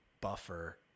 buffer